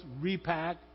repack